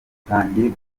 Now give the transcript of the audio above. rutangiye